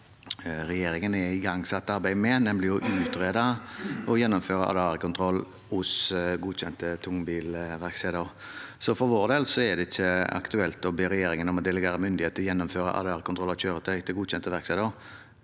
regjeringen er igangsatt et arbeid med, nemlig å utrede å gjennomføre ADR-kontroll hos godkjente tungbilverksteder. Så for vår del er det ikke aktuelt å be regjeringen om å delegere myndighet til å gjennomføre ADR-kontroll av kjøretøy til godkjente verksteder